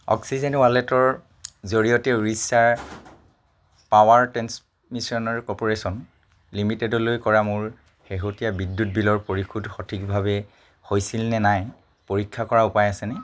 oxygen ৱালেটৰ জৰিয়তে উৰিষ্যাৰ পাৱাৰ ট্ৰেন্সমিশ্যনৰ কৰ্পোৰেচন লিমিটেডলৈ কৰা মোৰ শেহতীয়া বিদ্যুৎ বিল পৰিশোধ সঠিকভাৱে হৈছিলনে নাই পৰীক্ষা কৰাৰ উপায় আছেনে